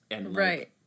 Right